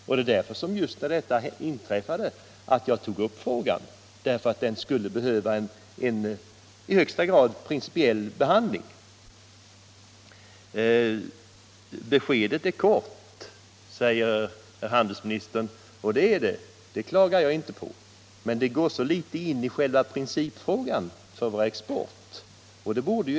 När nu detta inträffade tog jag därför upp frågan, eftersom jag ansåg att den skulle behöva en principiell behandling. Jag klagar i och för sig inte på att svaret är kort, men det går så litet in på själva principfrågan om vår export.